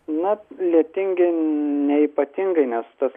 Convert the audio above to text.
na lietingi neypatingai nes tas